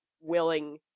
willing